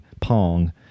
Pong